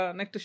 Next